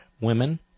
women